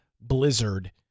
Blizzard